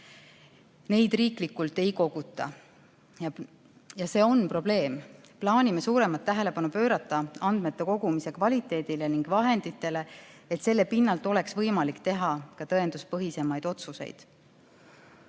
Neid riiklikult ei koguta ja see on probleem. Plaanime suuremat tähelepanu pöörata andmete kogumise kvaliteedile ning vahenditele, et selle pinnalt oleks võimalik teha ka tõenduspõhiseid otsuseid.